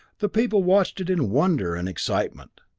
the people watched it in wonder and excitement.